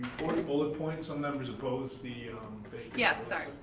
bullet points on members oppose the. yes, sorry,